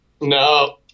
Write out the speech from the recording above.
No